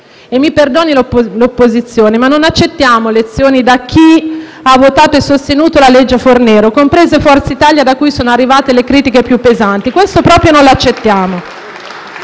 Mi perdoni l'opposizione, ma non accettiamo lezioni da chi ha votato e sostenuto la legge Fornero, compresa Forza Italia, da cui sono arrivate le critiche più pesanti. *(Applausi